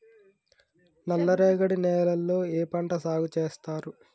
నల్లరేగడి నేలల్లో ఏ పంట సాగు చేస్తారు?